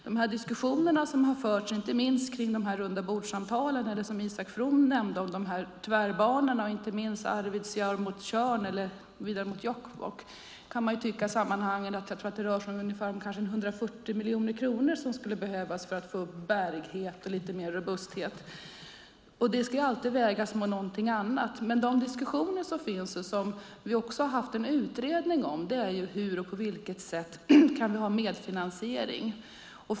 Det har förts diskussioner, inte minst vid de här rundabordssamtalen, om de här tvärbanorna, som Isak From nämnde. Det handlar inte minst om Arvidsjaur mot Jörn eller vidare mot Jokkmokk. Jag tror att det rör sig om ungefär 140 miljoner kronor som skulle behövas för att få upp bärigheten och få lite mer robusthet. Det ska alltid vägas mot någonting annat. Men de diskussioner som finns och det som vi också har haft en utredning om handlar om på vilket sätt vi kan ha medfinansiering.